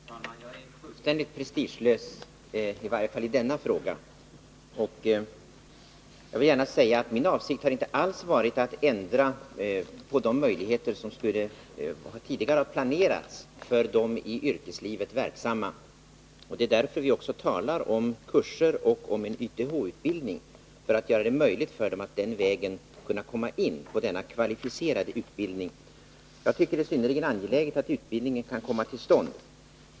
Herr talman! Jag är fullständigt prestigelös i varje falli denna fråga. Jag vill gärna säga att min avsikt inte alls har varit att ändra på de möjligheter som tidigare skulle ha planerats för de i yrkeslivet verksamma. Vi talar om kurser och om YTH-utbildning som skulle göra det möjligt för dessa sökande att den vägen komma in på denna kvalificerade utbildning. Jag tycker att det är synnerligen angeläget att utbildningen kan komma till stånd.